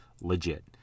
Legit